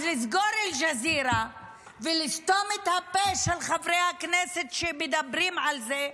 אז לסגור את אל-ג'זירה ולסתום את הפה של חברי הכנסת שמדברים על זה,